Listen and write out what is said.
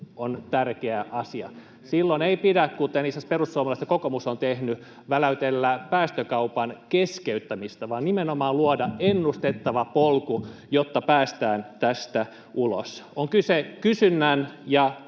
on tärkeä asia. Silloin ei pidä, kuten itse asiassa perussuomalaiset ja kokoomus ovat tehneet, väläytellä päästökaupan keskeyttämistä, vaan nimenomaan luoda ennustettava polku, jotta päästään tästä ulos. On kyse kysynnän ja